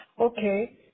okay